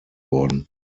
worden